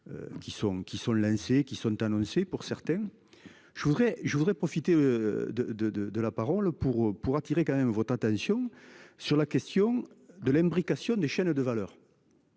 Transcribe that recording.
qui sont lancées, qui sont annoncés pour certains. Je voudrais, je voudrais profiter de de de de la parole pour pour attirer quand même votre attention sur la question de l'imbrication des chaînes de valeur.